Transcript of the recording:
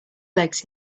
legs